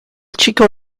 chico